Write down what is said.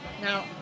now